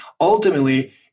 ultimately